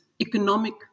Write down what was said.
economic